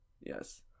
Yes